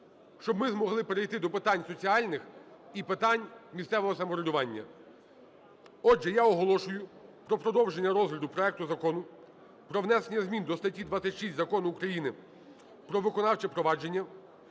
щоб ми змогли перейти до питань соціальних і питань місцевого самоврядування. Отже, я оголошую про продовження розгляду проекту Закону про внесення зміни до статті 26 Закону України "Про виконавче провадження".